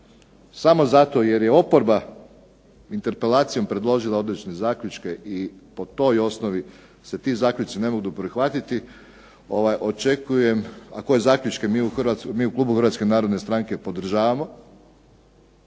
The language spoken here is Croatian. samo zato jer je oporba interpelacijom predložila određene zaključke i po toj osnovi se ti zaključci ne mogu prihvatiti očekujem, a koje zaključke mi u klubu HNS-a podržavamo,